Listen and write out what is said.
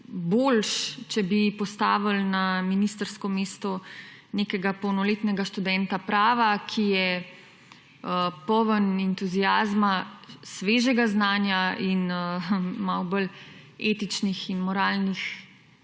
boljše, če bi postavili na ministrsko mesto nekega polnoletnega študenta prava, ki je poln entuziazma, svežega znanja in malo bolj etičnih in moralnih